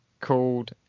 called